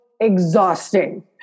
exhausting